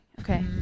Okay